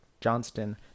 Johnston